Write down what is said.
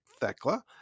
Thecla